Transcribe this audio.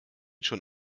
schon